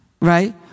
right